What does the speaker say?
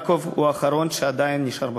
יעקב הוא האחרון שעדיין חי.